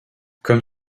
comme